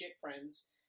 friends